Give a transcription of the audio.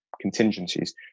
contingencies